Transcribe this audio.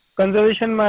conservation